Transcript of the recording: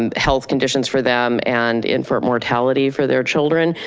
and health conditions for them and infant mortality for their children.